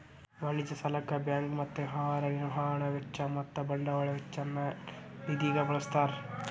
ವಾಣಿಜ್ಯ ಸಾಲಕ್ಕ ಬ್ಯಾಂಕ್ ಮತ್ತ ವ್ಯವಹಾರ ನಿರ್ವಹಣಾ ವೆಚ್ಚ ಮತ್ತ ಬಂಡವಾಳ ವೆಚ್ಚ ನ್ನ ನಿಧಿಗ ಬಳ್ಸ್ತಾರ್